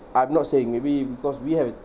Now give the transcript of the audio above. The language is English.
I'm not saying maybe because we have